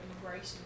immigration